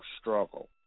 struggle